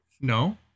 no